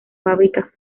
fábricas